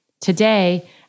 Today